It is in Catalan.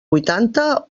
vuitanta